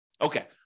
Okay